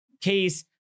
case